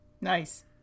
Nice